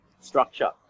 structure